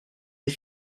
des